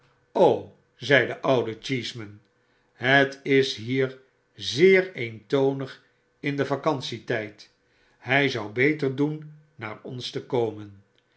zei de oude cheeseman het is hier zeer eentonig in den vacantietyd hy zou beter doen naar ons te komen